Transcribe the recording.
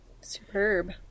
Superb